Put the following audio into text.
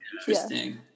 Interesting